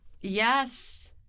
Yes